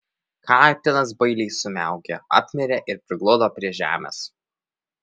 katinas bailiai sumiaukė apmirė ir prigludo prie žemės